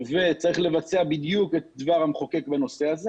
וצריך לבצע בדיוק את דבר המחוקק בנושא הזה